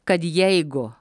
kad jeigu